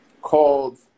called